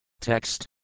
Text